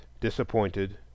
disappointed